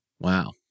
wow